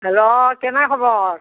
অঁ কেনে খবৰ